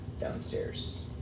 downstairs